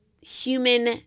human